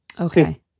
Okay